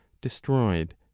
destroyed